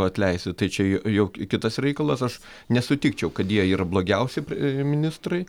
atleisti tai čia jau jau kitas reikalas aš nesutikčiau kad jie yra blogiausi ministrai